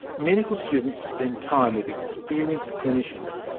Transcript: medical students spend time with experienced clinicians,